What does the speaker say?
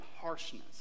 harshness